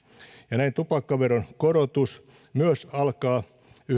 näin tupakkaveron korotus myös alkaa